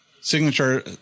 signature